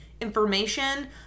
information